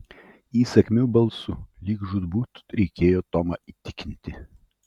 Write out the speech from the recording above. įsakmiu balsu lyg žūtbūt reikėjo tomą įtikinti